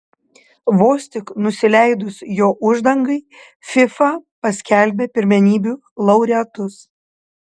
vos tik nusileidus jo uždangai fifa paskelbė pirmenybių laureatus